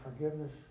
forgiveness